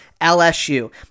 LSU